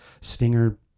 Stinger